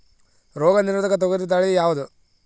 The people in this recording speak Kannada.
ರೋಗ ನಿರೋಧಕ ತೊಗರಿ ತಳಿ ಯಾವುದು?